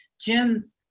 Jim